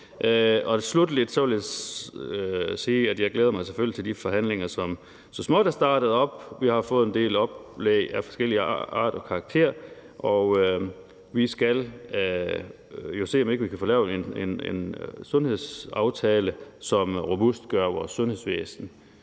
Sluttelig vil jeg sige, at jeg selvfølgelig glæder mig til de forhandlinger, som så småt er startet op. Vi har fået en del oplæg af forskellig art og karakter, og vi skal se, om ikke vi kan få lavet en sundhedsaftale, som robustgør vores sundhedsvæsen.